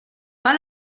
pas